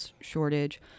shortage